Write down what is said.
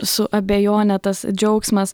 su abejone tas džiaugsmas